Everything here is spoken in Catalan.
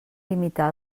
limitar